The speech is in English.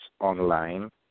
online